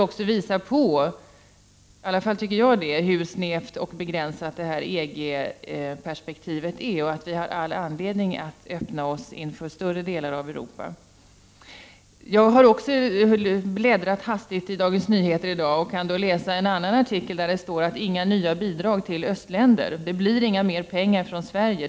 Detta visar enligt min mening hur snävt och begränsat EG-perspektivet är. Vi har därför all anledning att öppna oss inför större delar av Europa. Jag har också bläddrat hastigt i Dagens Nyheter från i går och läst en annan artikel, där det står att Sverige inte skall ge mer pengar till östländer.